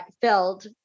filled